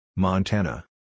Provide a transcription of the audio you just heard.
Montana